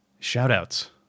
Shoutouts